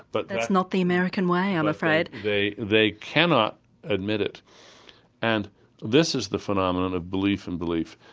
but that's not the american way i'm afraid. they they cannot admit it and this is the phenomenon of belief in belief.